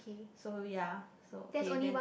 so yea so okay then